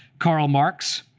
karl marx,